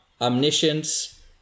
omniscience